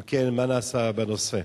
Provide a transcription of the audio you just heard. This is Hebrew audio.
3. אם כן, מה נעשה בנושא?